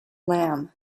lamb